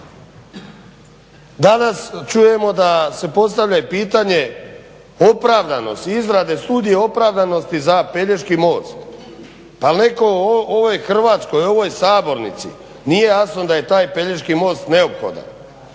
Danas čujemo da se postavlja i pitanje opravdanosti, izrade studije opravdanosti za Pelješki most. Pa jel' nekom u ovoj Hrvatskoj u ovoj sabornici nije jasno da je taj Pelješki most neophodan?